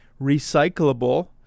recyclable